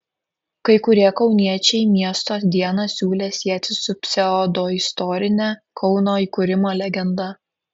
kai kurie kauniečiai miesto dieną siūlė sieti su pseudoistorine kauno įkūrimo legenda